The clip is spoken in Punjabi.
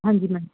ਹਾਂਜੀ ਮੈਮ